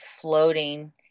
floating